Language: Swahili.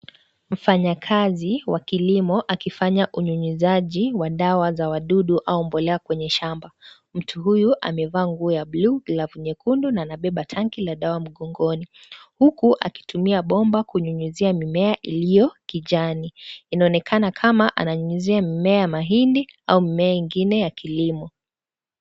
Mfanyakazi, wa kilimo, akifanya unyunyizaji wa dawa za wadudu au mbolea kwenye shamba. Mtu huyu, amevaa nguo ya bluu, love nyekundu na anabeba tanki la dawa mgongoni, huku akitumia bomba kunyunyizia mimea iliyo kijani. Inaonekana kama ananyunyizia mimea mahindi au mimea ingine ya kilimo.